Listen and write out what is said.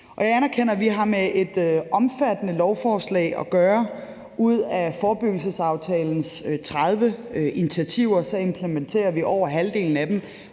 Jeg anerkender, at vi har med et omfattende lovforslag at gøre. Ud af forebyggelsesaftalens 30 initiativer implementerer vi over halvdelen af dem